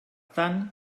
tant